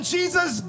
Jesus